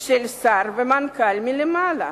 של שר ומנכ"ל מלמעלה,